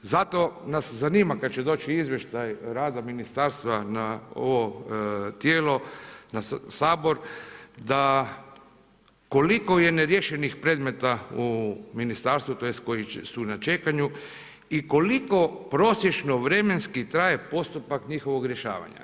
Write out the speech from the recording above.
Zato nas zanima kada će doći izvještaj rada ministarstva na ovo tijelo na Sabor da koliko je neriješenih predmeta u ministarstvu koji u na čekanju i koliko prosječno vremenski traje postupak njihovog rješavanja.